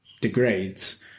degrades